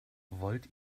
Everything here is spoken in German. wollt